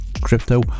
crypto